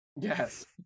yes